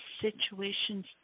situations